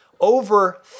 over